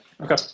Okay